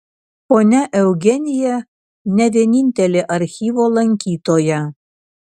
ponia eugenija ne vienintelė archyvo lankytoja